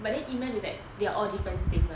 but then E math is like they are all different things [one]